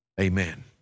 Amen